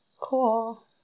cool